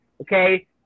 okay